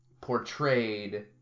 portrayed